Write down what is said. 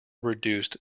reduced